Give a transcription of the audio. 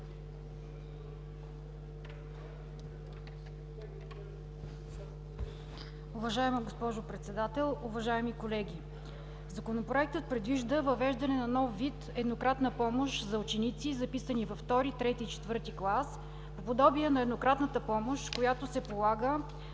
Уважаема госпожо Председател, уважаеми колеги! Законопроектът предвижда въвеждане на нов вид еднократна помощ за ученици, записани във втори, трети и четвърти клас, по подобие на еднократната помощ, която се полага